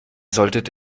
solltet